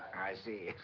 i see.